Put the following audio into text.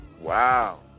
Wow